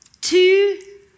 Two